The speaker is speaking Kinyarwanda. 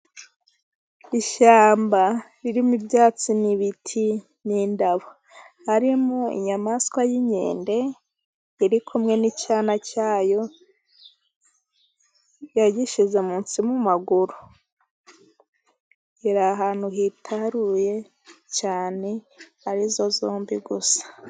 Ishyamba ririmo ibyatsi n'ibiti n'indabo. Harimo inyamaswa y'inkende yari kumwe n'icyana cyayo yagishyize munsi mu maguru. Iri ahantu hitaruye cyane arizo zimbi gusa.